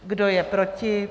Kdo je proti?